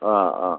ആ ആ